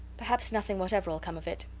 perhaps nothing whateverll come of it.